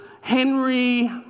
Henry